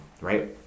right